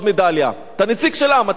אתה נציג של העם, אתה נציג של אומה.